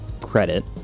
credit